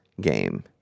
game